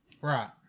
Right